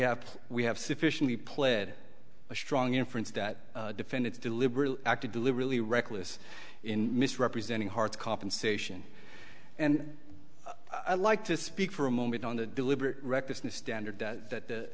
have we have sufficiently pled a strong inference that defendants deliberately acted deliberately reckless in misrepresenting harts compensation and i'd like to speak for a moment on the deliberate recklessness standard that